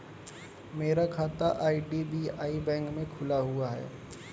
मेरा खाता IDBI bank में खुला हुआ है